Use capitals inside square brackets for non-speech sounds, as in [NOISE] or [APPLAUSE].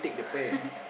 [LAUGHS]